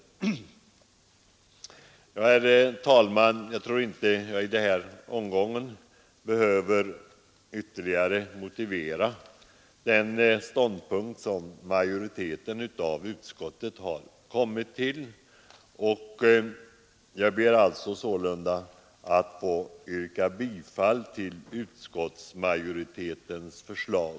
Herr talman! Jag tror inte att jag i denna omgång behöver ytterligare motivera den ståndpunkt majoriteten av utskottet kommit fram till. Jag ber sålunda att få yrka bifall till utskottsmajoritetens förslag.